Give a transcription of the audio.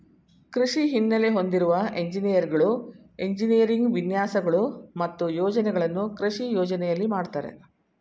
ಕೃಷಿ ಹಿನ್ನೆಲೆ ಹೊಂದಿರುವ ಎಂಜಿನಿಯರ್ಗಳು ಎಂಜಿನಿಯರಿಂಗ್ ವಿನ್ಯಾಸಗಳು ಮತ್ತು ಯೋಜನೆಗಳನ್ನು ಕೃಷಿ ಯೋಜನೆಯಲ್ಲಿ ಮಾಡ್ತರೆ